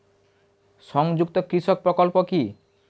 সংযুক্ত কৃষক প্রকল্প কি?